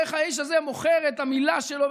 איך האיש הזה מוכר את המילה שלו,